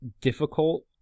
difficult